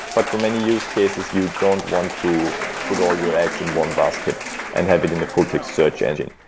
but for many use cases, you don't want to put all your eggs in one basket and have it in the full-text search engine,